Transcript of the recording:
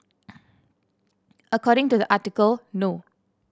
according to the article no